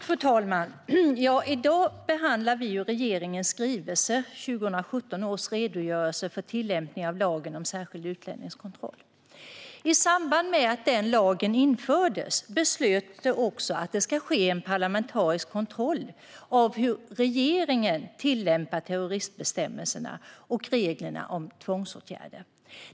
Fru talman! I dag behandlar vi alltså regeringens skrivelse 2017 års redogörelse för tillämpningen av lagen om särskild utlänningskontroll . I samband med att denna lag infördes beslöts det också att det ska ske en parlamentarisk kontroll av hur regeringen tillämpar terroristbestämmelserna och reglerna om tvångsåtgärder.